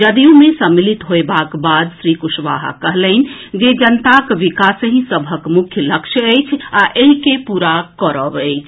जदयू मे सम्मिलित होएबाक बाद श्री कुशवाहा कहलनि जे जनताक विकासहि सभक मुख्य लक्ष्य अछि आ एहि के पूरा करब अछि